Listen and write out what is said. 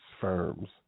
firms